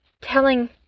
telling